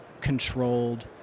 controlled